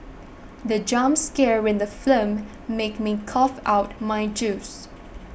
the jump scare in the film made me cough out my juice